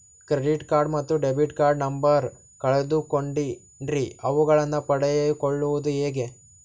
Credit card ಮತ್ತು debit card number ಕಳೆದುಕೊಂಡಿನ್ರಿ ಅವುಗಳನ್ನ ಪಡೆದು ಕೊಳ್ಳೋದು ಹೇಗ್ರಿ?